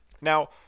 Now